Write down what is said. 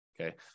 okay